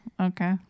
Okay